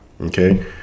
okay